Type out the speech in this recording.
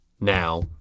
now